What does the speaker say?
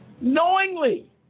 Knowingly